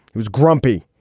he was grumpy.